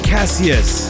Cassius